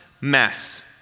mess